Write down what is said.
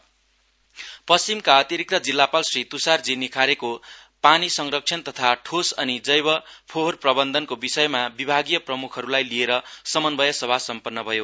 West west पश्चिमका अतिरिक्त जिल्ला पाल श्री त्सार जी निखारेको पानी संरक्षण तथा ठोस अनि जैव फोहोर प्रबन्धनको विषयमा विभागीय प्रमुखहरूलाई लिएर समन्वय सभा समपन्न भयो